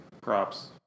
Props